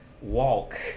walk